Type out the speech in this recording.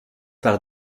par